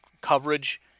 coverage